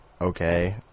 okay